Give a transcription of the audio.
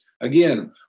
again